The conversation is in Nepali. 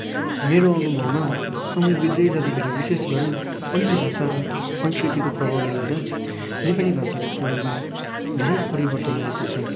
मेरो अनुभवमा समय बित्दै जाँदाखेरि विशेष गरी अन्य भाषा र सँस्कृतिको प्रभावले नेपाली भाषाको प्रयोगमा धेरै परिवर्तन आएको छ